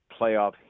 playoff